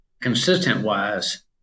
consistent-wise